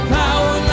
power